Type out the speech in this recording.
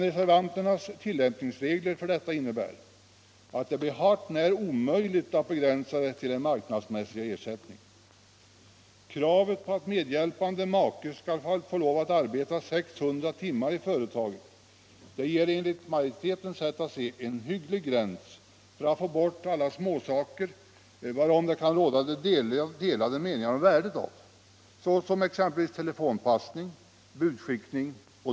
Reservanternas tillämpningsregler för detta innebär emellertid att det blir hart när omöjligt att begränsa lönen till en marknadsmässig ersättning. Kravet på att medhjälpande make skall arbeta 600 timmar i företaget ger enligt majoritetens sätt att se en hygglig gräns för att få bort alla småsaker, vilkas värde för företaget det kan råda delade meningar om, såsom telefonpassning, budskickning o. d.